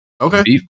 okay